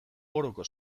oroko